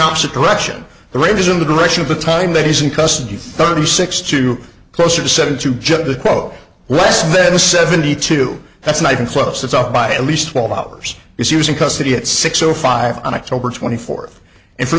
opposite direction the rate is in the direction of the time that he's in custody thirty six to closer to seven to get the quote west bed seventy two that's not even close it's off by at least twelve hours is using custody at six o five on october twenty fourth and for